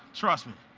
trust me,